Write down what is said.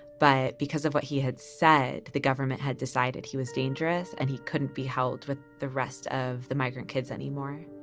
but because of what he had said. the government had decided he was dangerous and he couldn't be held with the rest of the migrant kids anymore